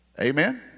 Amen